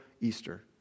Easter